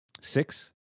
Six